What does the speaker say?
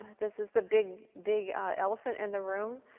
this is the big big elephant in the room.